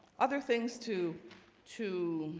other things too to